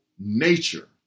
nature